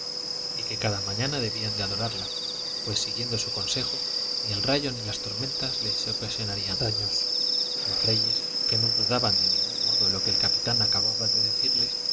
y que cada mañana debían de adorarla pues siguiendo su consejo ni el rayo ni las tormentas les ocasionarían daños los reyes que no dudaban de ningún modo lo que el capitán acababa de decirles